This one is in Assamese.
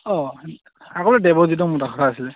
আকৌ বোলে দেৱজিতক মতা কথা আছিলে